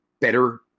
better